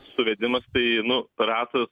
suvedimas tai nu ratas